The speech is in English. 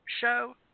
show